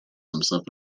himself